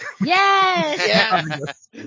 Yes